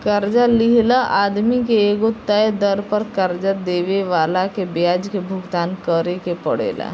कर्जा लिहल आदमी के एगो तय दर पर कर्जा देवे वाला के ब्याज के भुगतान करेके परेला